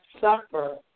suffer